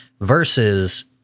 versus